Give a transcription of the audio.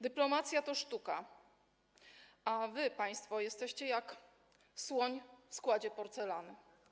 Dyplomacja to sztuka, a wy, państwo, jesteście jak słoń w składzie porcelany.